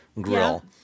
grill